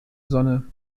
sonne